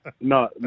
No